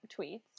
tweets